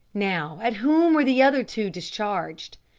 now, at whom were the other two discharged?